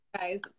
guys